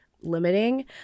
limiting